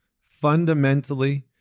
fundamentally